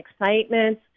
excitement